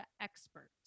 experts